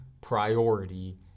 priority